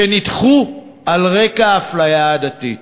שנדחו על רקע אפליה עדתית.